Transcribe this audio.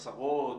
עשרות?